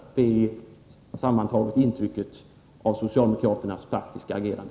Sammantaget är detta det intryck man får av socialdemokraternas praktiska agerande.